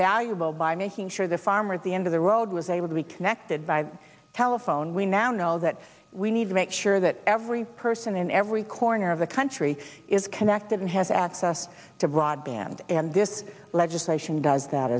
valuable by making sure the farmer at the end of the road was able to be connected by telephone we now know that we need to make sure that every person in every corner of the country is connected and has access to broadband and this legislation does that